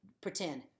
pretend